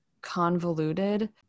convoluted